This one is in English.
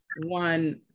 one